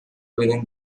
winning